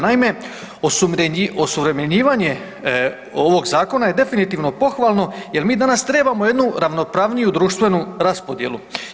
Naime, osuvremenjivanje ovog zakona je definitivno pohvalno jer mi danas trebamo jednu ravnopravniju društvenu raspodjelu.